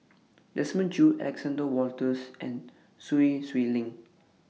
Desmond Choo Alexander Wolters and Sun Xueling